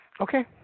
Okay